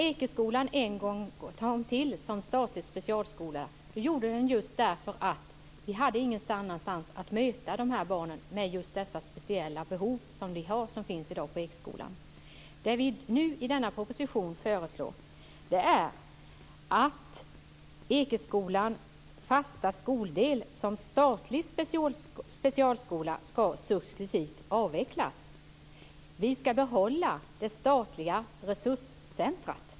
Ekeskolan kom en gång till som statlig specialskola därför att vi inte hade någon annanstans att möta de barn som hade just de speciella behov som barnen som i dag finns på Det vi i denna proposition föreslår är att Ekeskolans fasta skoldel ska avvecklas successivt som statlig specialskola. Vi ska behålla det statliga resurscentrumet.